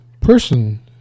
person